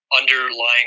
underlying